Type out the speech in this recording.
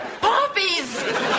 Poppies